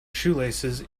shoelaces